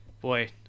boy